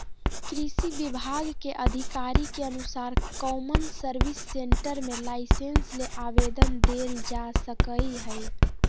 कृषि विभाग के अधिकारी के अनुसार कौमन सर्विस सेंटर मे लाइसेंस ले आवेदन देल जा सकई हई